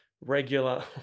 regular